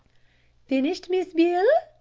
finished, miss beale?